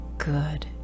good